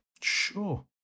sure